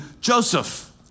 Joseph